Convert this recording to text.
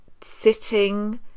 sitting